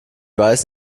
weiß